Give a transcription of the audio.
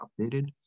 updated